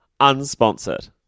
Unsponsored